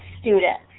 students